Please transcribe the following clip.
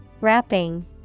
Wrapping